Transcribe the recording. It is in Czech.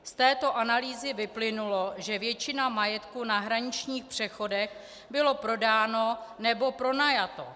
Z této analýzy vyplynulo, že většina majetku na hraničních přechodech byla prodána nebo pronajata.